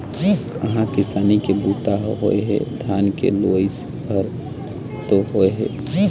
कहाँ किसानी के बूता ह होए हे, धान के लुवई भर तो होय हे